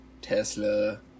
Tesla